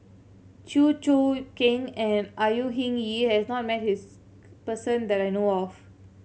Chew Choo Keng and Au Hing Yee has his person that I know of